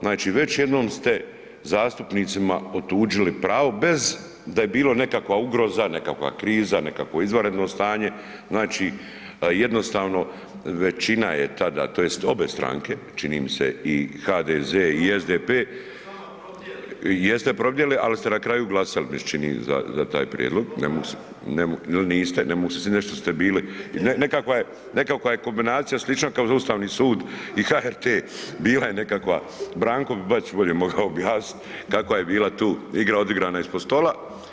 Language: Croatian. Znači već jednom ste zastupnicima otuđili pravo bez da je bilo nekakva ugroza, nekakva kriza, nekakvo izvanredno stanje, znači jednostavno većina je tada, tj. obe stranke, čini mi se i HDZ i SDP ... [[Upadica se ne čuje.]] jeste probdjeli, ali se na kraju glasali mi se čini za taj prijedlog, ne mogu se, .../nerazumljivo/... ili niste, nešto ste bili ... [[Upadica se ne čuje.]] nekakva je kombinacija slična kao za Ustavni sud i HRT, bila je nekakva, Branko bi Bačić bolje mogao objasniti, kakva je bila tu igra odigrana ispod stola.